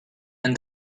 and